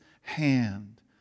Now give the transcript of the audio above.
hand